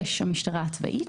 (6)המשטרה הצבאית.